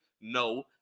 No